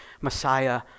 Messiah